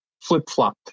flip-flop